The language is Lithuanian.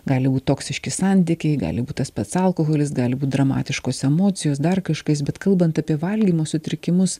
gali būt toksiški santykiai gali būt tas pats alkoholis gali būt dramatiškos emocijos dar kažkas bet kalbant apie valgymo sutrikimus